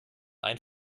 ein